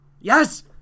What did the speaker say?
Yes